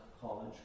college